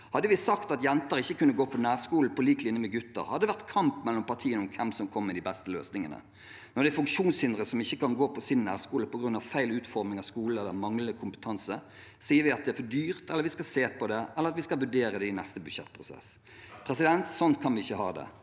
Hadde vi sagt at jenter ikke kunne gå på nærskole på lik linje med gutter, hadde det vært kamp mellom partiene om hvem som kom med de beste løsningene. Når det er funksjonshindrede som ikke kan gå på sin nærskole på grunn av feil utforming av skolen eller manglende kompetanse, sier vi at det er for dyrt, eller at vi skal se på det, eller at vi skal vurdere det i neste budsjettprosess. Sånn kan vi ikke ha det.